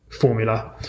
formula